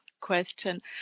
question